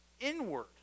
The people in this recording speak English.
inward